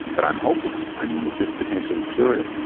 but i'm hoping. i mean, is this potentially curative?